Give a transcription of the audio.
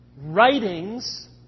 writings